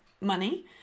money